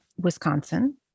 Wisconsin